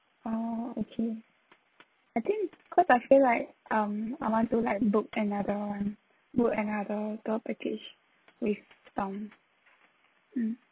ah okay I think because I feel like um I want to like book another one book another tour package with tom mm